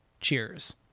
Cheers